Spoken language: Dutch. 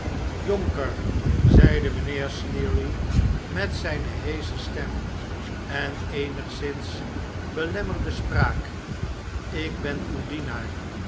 jonkerl zeide mijnheer sleary met zijne heesche stem en eenigszins belemmerde spraak ik ben uw dienaar